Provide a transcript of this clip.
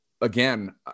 again